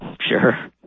Sure